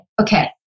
Okay